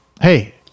Hey